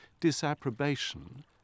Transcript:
disapprobation